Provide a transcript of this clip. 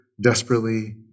desperately